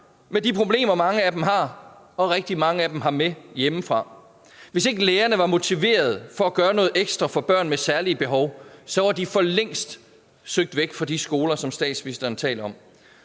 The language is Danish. med de problemer, mange af dem har og rigtig mange har med hjemmefra. Hvis ikke lærerne var motiverede for at gøre noget ekstra for børn med særlige behov, havde de for længst søgt væk fra de skoler, som statsministeren taler om.